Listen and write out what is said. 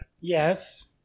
Yes